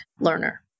learner